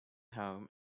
home